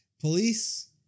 Police